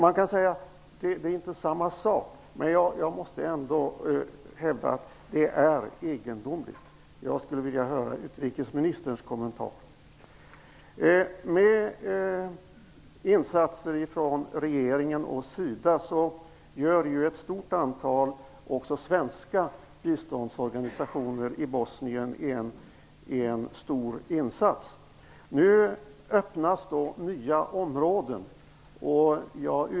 Man kan säga att det är inte samma sak. Men jag måste ändå hävda att det är egendomligt. Jag skulle vilja höra utrikesministerns kommentar. Med stöd från regeringen och SIDA gör ett stort antal svenska biståndsorganisationer en stor insats i Bosnien. Nu öppnas nya områden.